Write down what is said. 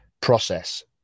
process